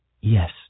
yes